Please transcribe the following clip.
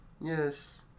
Yes